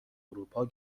اروپا